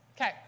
Okay